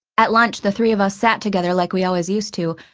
at lunch the three of us sat together like we always used to,